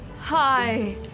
Hi